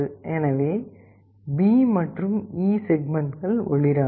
எனவே B மற்றும் E செக்மெண்ட்கள் ஒளிராது